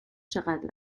چقدر